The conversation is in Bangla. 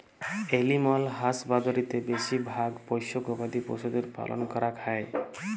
এলিম্যাল হাসবাদরীতে বেশি ভাগ পষ্য গবাদি পশুদের পালল ক্যরাক হ্যয়